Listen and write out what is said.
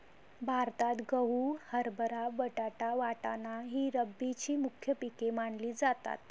भारतात गहू, हरभरा, बटाटा, वाटाणा ही रब्बीची मुख्य पिके मानली जातात